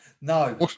No